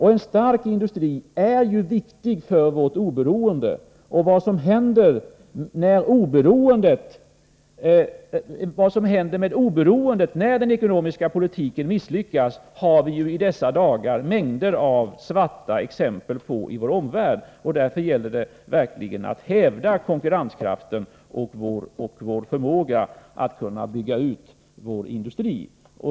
En stark industri är viktig för vårt oberoende, och vad som händer med oberoendet när den ekonomiska politiken misslyckas har vi i dessa dagar mängder av svarta exempel på från vår omvärld. Därför gäller det att verkligen hävda konkurrenskraften och vår förmåga att bygga ut industrin.